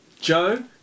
Joe